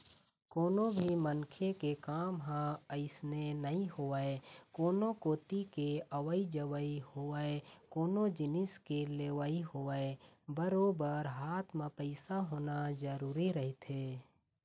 कोनो भी मनखे के काम ह अइसने नइ होवय कोनो कोती के अवई जवई होवय कोनो जिनिस के लेवई होवय बरोबर हाथ म पइसा होना जरुरी रहिथे